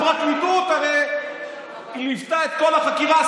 הפרקליטות הרי ליוותה את כל החקירה,